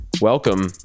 welcome